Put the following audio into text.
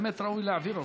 באמת ראוי להעביר אותו.